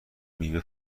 میوه